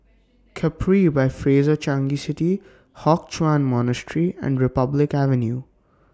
Capri By Fraser Changi City Hock Chuan Monastery and Republic Avenue